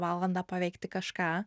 valandą paveikti kažką